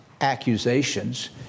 accusations